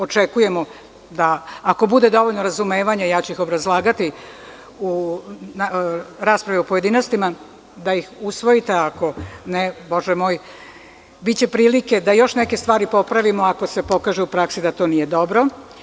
Očekujemo da ako bude dovoljno razumevanja, ja ću obrazlagati u raspravi u pojedinostima, da ih usvojite, a ako ne, bože moj, biće prilike da još neke stvari popravimo ako se pokaže u praksi da to nije dobro.